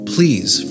Please